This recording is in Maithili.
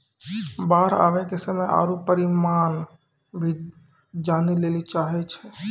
बाढ़ आवे के समय आरु परिमाण भी जाने लेली चाहेय छैय?